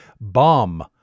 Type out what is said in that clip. Bomb